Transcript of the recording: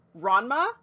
Ranma